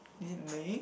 is it me